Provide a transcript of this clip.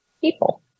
people